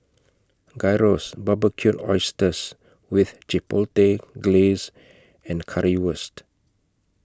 Gyros Barbecued Oysters with Chipotle Glaze and Currywurst